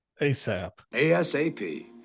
ASAP